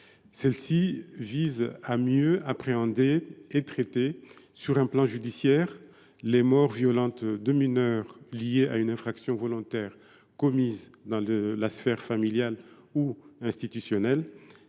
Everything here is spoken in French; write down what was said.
directives visant à mieux appréhender et traiter, sur un plan judiciaire, les morts violentes de mineurs liées à une infraction volontaire commise dans la sphère familiale ou institutionnelle.